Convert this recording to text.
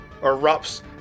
erupts